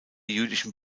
jüdischen